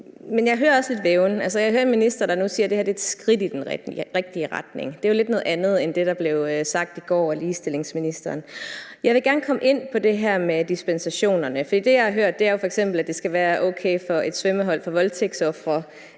Jeg hører en minister, der nu siger, at det her er et skridt i den rigtige retning. Det er jo lidt noget andet end det, der blev sagt i går af ligestillingsministeren. Jeg vil gerne komme ind på det her med dispensationerne, for det, jeg har hørt, er jo f.eks., at det skal være okay for et svømmehold for voldtægtsofre